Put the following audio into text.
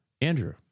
Andrew